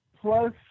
plus